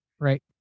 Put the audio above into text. Right